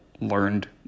learned